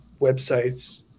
websites